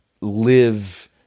live